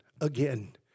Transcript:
again